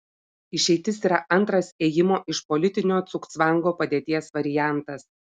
išeitis yra antras ėjimo iš politinio cugcvango padėties variantas